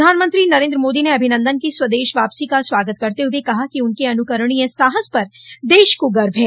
प्रधानमंत्री नरेन्द्र मोदी ने अभिनंदन की स्वदेश वापसी का स्वागत करते हुए कहा कि उनके अनुकरणीय साहस पर देश को गर्व है